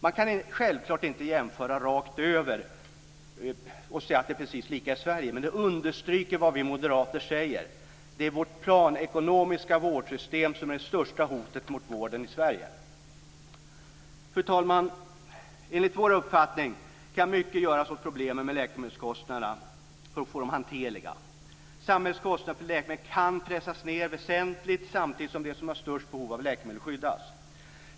Man kan självfallet inte jämföra rakt över och säga att det är precis likadant i Sverige, men det understryker vad vi moderater säger. Vårt planekonomiska vårdsystem är det största hotet mot vården i Fru talman! Enligt vår uppfattning kan mycket göras åt problemen med läkemedelskostnaderna, så att de blir hanterliga. Samhällets kostnader för läkemedel kan pressas ned väsentligt samtidigt som de som har störst behov av läkemedel skyddas.